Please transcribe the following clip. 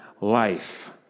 life